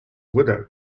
widow